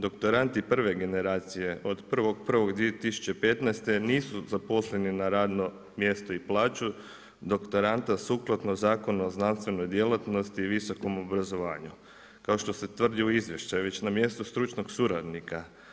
Doktorandi prve generacije od 1.1.2015. nisu zaposleni na radno mjesto i plaću doktoranda sukladno Zakonu o znanstvenoj djelatnosti i visokom obrazovanju kao što se tvrdi u izvještaju već na mjestu stručnog suradnika.